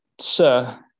Sir